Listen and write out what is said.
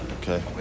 okay